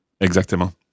Exactement